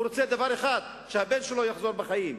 הוא רוצה דבר אחד, שהבן שלו יחזור בחיים,